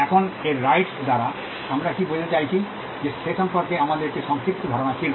এখন এর রাইটস দ্বারা আমরা কী বোঝাতে চাইছি সে সম্পর্কে আমাদের একটি সংক্ষিপ্ত ধারণা ছিল